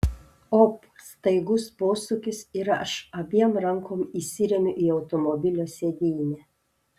op staigus posūkis ir aš abiem rankom įsiremiu į automobilio sėdynę